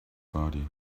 body